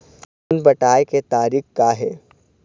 Loan पटाए के तारीख़ का हे?